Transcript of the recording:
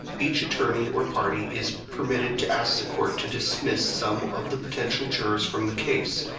each attorney or party is permitted to ask the court to dismiss some of the potential jurors from the case,